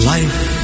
Life